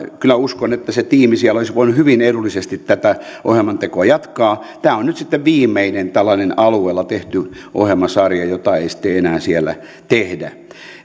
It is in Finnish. kyllä uskon että se tiimi siellä olisi voinut hyvin edullisesti tätä ohjelman tekoa jatkaa tämä on nyt viimeinen tällainen alueella tehty ohjelmasarja jota ei sitten enää siellä tehdä